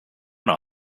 know